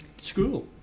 school